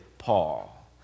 Paul